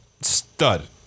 Stud